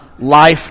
life